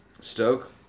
Stoke